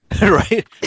right